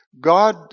God